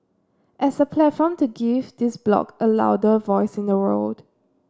as a platform to give this bloc a louder voice in the world